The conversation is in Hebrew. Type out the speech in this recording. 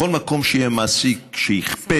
בכל מקום שיהיה מעסיק שיכפה